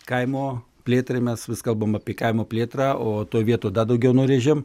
kaimo plėtrai mes vis kalbam apie kaimo plėtrą o toj vietoj dar daugiau nurėžiam